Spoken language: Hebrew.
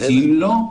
כי אם לא,